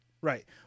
Right